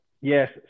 Yes